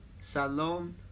salon